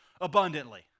abundantly